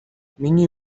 миний